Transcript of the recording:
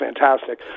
fantastic